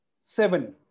seven